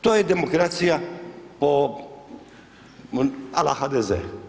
To je demokracija po ala HDZ.